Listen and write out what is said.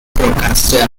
broadcaster